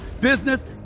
business